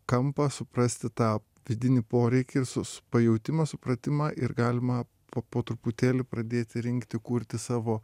kampą suprasti tą vidinį poreikį ir sus pajautimą supratimą ir galima po po truputėlį pradėti rinkti kurti savo